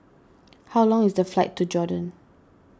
how long is the flight to Jordan